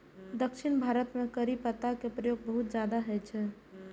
दक्षिण भारत मे करी पत्ता के प्रयोग बहुत ज्यादा होइ छै